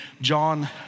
John